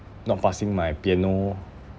not passing my piano